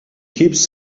keeps